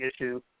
issue